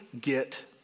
get